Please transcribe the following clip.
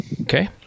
okay